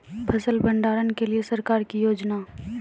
फसल भंडारण के लिए सरकार की योजना?